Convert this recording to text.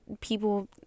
people